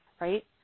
right